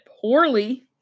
poorly